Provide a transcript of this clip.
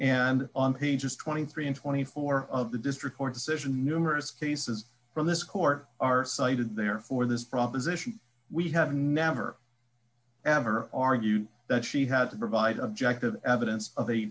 and on pages twenty three and twenty four of the district court decision numerous cases from this court are cited there for this proposition we have never ever argue that she had to provide objective evidence of a